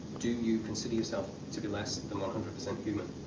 do you consider yourself to be less than one hundred percent human?